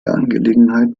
angelegenheit